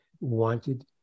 wanted